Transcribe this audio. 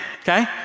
okay